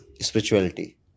Spirituality